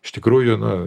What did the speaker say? iš tikrųjų nu